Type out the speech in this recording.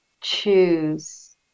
choose